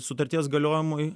sutarties galiojimui